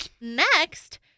Next